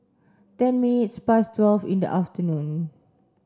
ten minutes past twelve in the afternoon